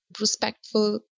respectful